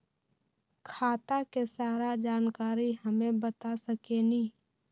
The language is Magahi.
खाता के सारा जानकारी हमे बता सकेनी?